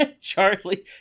Charlie